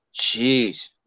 Jeez